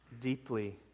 deeply